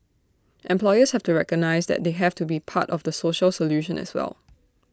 employers have to recognise that they have to be part of the social solution as well